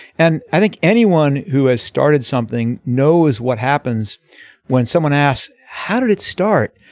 and i think anyone who has started something knows what happens when someone asks how did it start.